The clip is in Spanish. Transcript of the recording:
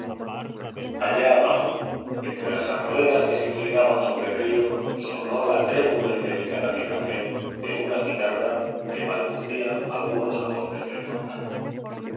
allá abajo entre las arboledas que se inclinaban sobre el río resonó la trémula y delicada vibración de una guitarra que balbucía algunos acordes del fandango